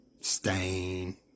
Stain